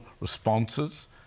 responses